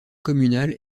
communale